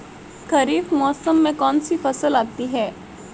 खरीफ मौसम में कौनसी फसल आती हैं?